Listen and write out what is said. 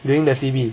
during the C_B